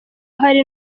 hari